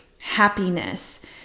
happiness